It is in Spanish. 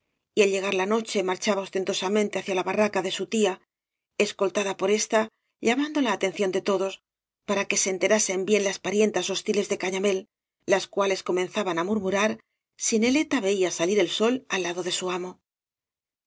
y al llegar la noche marchaba ostentosamente hacia la barraca de su tía escoltada por ésta llamando la atención de todos para que se enterasen bien las parientas hostiles de gañamélf las cuales comenzaban á murmurar si neleta veía salir el sol al lado de su amo